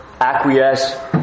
acquiesce